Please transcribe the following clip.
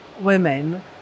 women